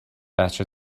بچه